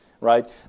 right